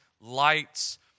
lights